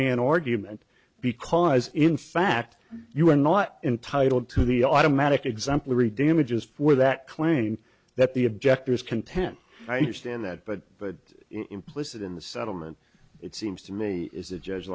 man argument because in fact you are not entitled to the automatic exemplary damages for that claiming that the objectors content i understand that but but implicit in the settlement it seems to me is the judge